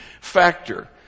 factor